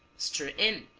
stir in,